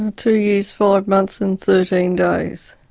two years, five months and thirteen days.